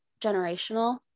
generational